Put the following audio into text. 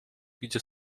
gdzie